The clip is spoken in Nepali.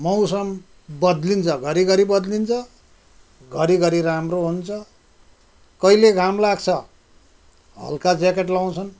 मौसम बद्लिन्छ घरिघरि बद्लिन्छ घरिघरि राम्रो हुन्छ कहिले घाम लाग्छ हल्का ज्याकेट लाउँछन्